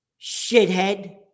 shithead